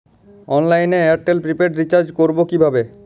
অনলাইনে এয়ারটেলে prepaid recharge করবো কিভাবে?